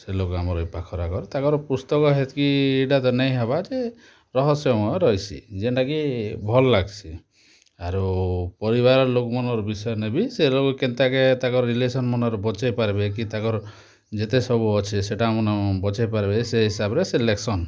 ସେ ଲୋକ୍ ଆମର୍ ଇ ପାଖର୍ଆଖର୍ ତାଙ୍କର୍ ପୁସ୍ତକ ହେତ୍କି ଇ'ଟା ତ ନେଇ ହେବାର୍ ଯେ ରହସ୍ୟମୟ ରହେସି ଯେନ୍ଟା କି ଭଲ୍ ଲାଗ୍ସି ଆରୁ ପରିବାର୍ ଲୋକ୍ମାନ୍ଙ୍କର୍ ବିଷୟନେ ବି ସେ ଲୋକ୍ କେନ୍ତା କେ ତାଙ୍କର୍ ରିଲେସନ୍ ମାନର୍ ବଞ୍ଚେଇ ପାର୍ବେ ତାଙ୍କର୍ ଯେତେ ସବୁ ଅଛେ ସେଟା ମାନ ବଞ୍ଚେଇ ପାର୍ବେ ସେ ହିସାବ୍ରେ ସେ ଲେଖ୍ସନ୍